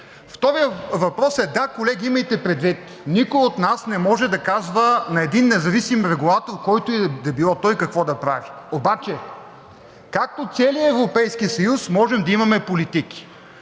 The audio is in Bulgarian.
Вторият въпрос е: да, колеги, имайте предвид, че никой от нас не може да казва на един независим регулатор, който и да било той, какво да прави. Обаче както целия Европейски съюз можем да имаме политики